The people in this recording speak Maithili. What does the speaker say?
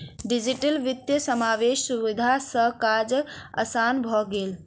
डिजिटल वित्तीय समावेशक सुविधा सॅ काज आसान भ गेल